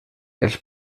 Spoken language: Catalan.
els